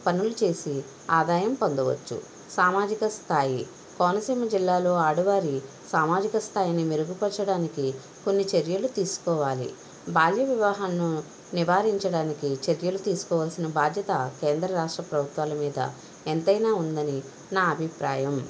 పనులు చేసి ఆదాయం పొందవచ్చు సామాజిక స్థాయి కోనసీమ జిల్లాలోని ఆడవారి సామాజిక స్థాయిని మెరుగుపరచడానికి కొన్ని చర్యలు తీసుకోవాలి బాల్య వివాహాలను నివారించడానికి చర్యలు తీసుకోవాల్సిన బాధ్యత కేంద్ర ప్రభుత్వ పాలనపై ఎంతైనా బాధ్యత ఉందని నా అభిప్రాయం